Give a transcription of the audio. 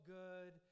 good